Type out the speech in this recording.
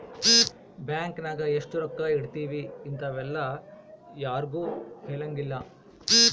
bank ನಾಗ ಎಷ್ಟ ರೊಕ್ಕ ಇಟ್ತೀವಿ ಇಂತವೆಲ್ಲ ಯಾರ್ಗು ಹೆಲಂಗಿಲ್ಲ